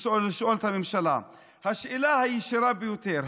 לשאול את הממשלה את השאלה הישירה ביותר,